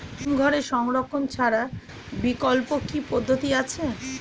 হিমঘরে সংরক্ষণ ছাড়া বিকল্প কি পদ্ধতি আছে?